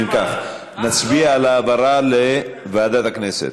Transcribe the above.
אם כך, נצביע על העברה לוועדת הכנסת.